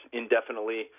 indefinitely